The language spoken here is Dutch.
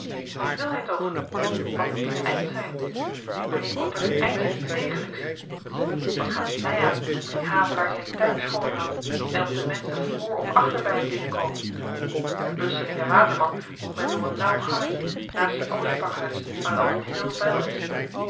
wat wil hy toch wat moet het eind zyn wanneer komt er nu eindelyk iets degelyks wat gaat het my aan of die havelaar zyn tuin schoon houdt en of de menschen voor of achter by hem binnenkomen by busselinck en waterman moet men door een nauw gangetje naast een oliepakhuis waar t altyd heel vuil is